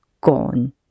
Gone